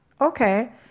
Okay